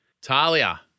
Talia